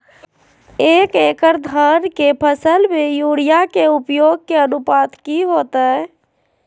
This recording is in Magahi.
एक एकड़ धान के फसल में यूरिया के उपयोग के अनुपात की होतय?